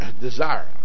desire